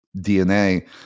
DNA